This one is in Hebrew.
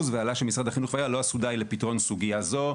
ועלה שמשרד החינוך והעירייה לא עשו די לפתרון סוגיה זו.